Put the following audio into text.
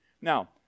Now